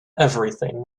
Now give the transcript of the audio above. everything